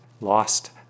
lost